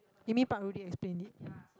you mean Pak Rudy explain it